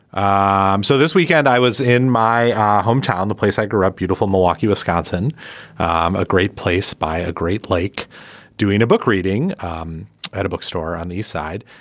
um so this weekend i was in my hometown the place i grew up beautiful milwaukee wisconsin um a great place by a great lake doing a book reading um at a bookstore on the east side.